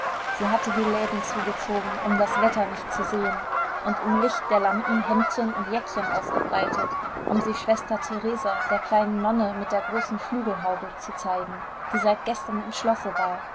sie hatte die läden zugezogen um das wetter nicht zu sehen und im licht der lampen hemdchen und jäckchen ausgebreitet um sie schwester theresa der kleinen nonne mit der großen flügelhaube zu zeigen die seit gestern im schlosse war